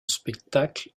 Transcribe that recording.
spectacles